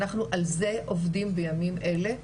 אנחנו על זה עובדים בימים אלה,